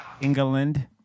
england